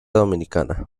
dominicana